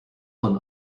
von